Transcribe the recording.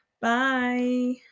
Bye